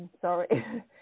sorry